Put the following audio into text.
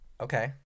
okay